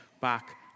back